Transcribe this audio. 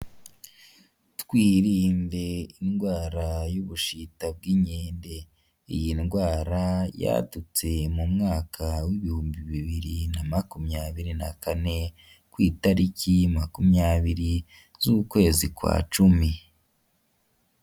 Twirinde indwara y'ubushita bw'inkende; iyi ndwara yadutse mu mwaka w'ibihumbi bibiri na makumyabiri na kane ku itariki makumyabiri z'ukwezi kwa cumi.